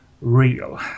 real